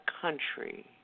country